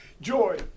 joy